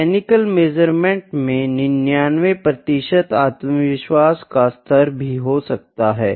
mechanical measurement में 99 प्रतिशत आत्मविश्वास का स्तर भी हो सकता है